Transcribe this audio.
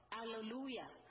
Hallelujah